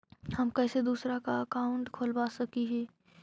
हम कैसे दूसरा का अकाउंट खोलबा सकी ही?